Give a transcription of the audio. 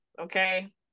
Okay